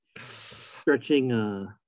stretching